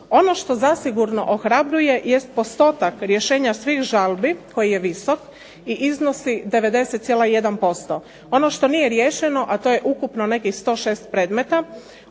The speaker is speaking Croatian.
Ono što zasigurno ohrabruje jest postotak rješenja svih žalbi koji je visok i iznosi 90,1%. Ono što nije riješeno a to je ukupno nekih 106 predmeta